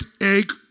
egg